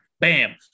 Bam